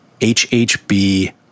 HHB